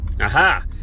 Aha